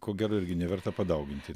ko gero irgi neverta padauginti